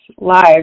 live